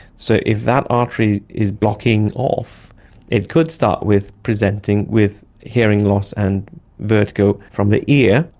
so if that artery is blocking off it could start with presenting with hearing loss and vertigo from the ear,